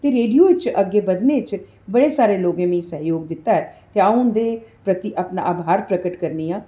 ते रेडियो च अग्गें बधने च बडे़ सारे लोकें मिगी सैहजोग कीता ऐ ते अ'ऊं हुंदे प्रति अपना आभार प्रकट करनी आं